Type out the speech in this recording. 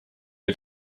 oli